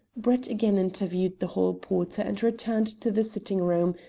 brett again interviewed the hall-porter and returned to the sitting-room,